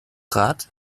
rad